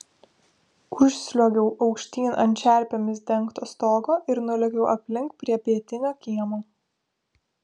užsliuogiau aukštyn ant čerpėmis dengto stogo ir nulėkiau aplink prie pietinio kiemo